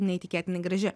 neįtikėtinai graži